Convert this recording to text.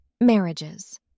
Marriages